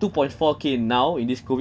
two point four K now in this COVID